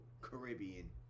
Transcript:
Caribbean